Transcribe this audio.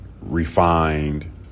refined